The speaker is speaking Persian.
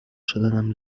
شدنم